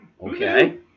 Okay